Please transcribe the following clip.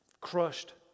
crushed